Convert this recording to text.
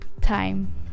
time